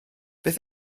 beth